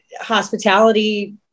hospitality